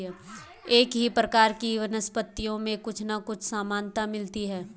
एक ही प्रकार की वनस्पतियों में कुछ ना कुछ समानता मिलती है